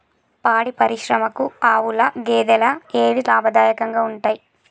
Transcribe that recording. పాడి పరిశ్రమకు ఆవుల, గేదెల ఏవి లాభదాయకంగా ఉంటయ్?